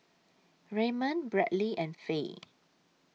Raymond Bradly and Fay